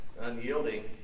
unyielding